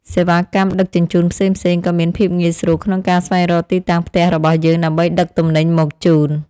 សេវាកម្មដឹកជញ្ជូនផ្សេងៗក៏មានភាពងាយស្រួលក្នុងការស្វែងរកទីតាំងផ្ទះរបស់យើងដើម្បីដឹកទំនិញមកជូន។